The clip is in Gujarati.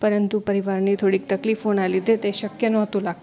પરંતુ પરિવારની થોડીક તકલીફોના લીધે તે શક્ય નહોતું લાગતું